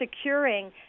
securing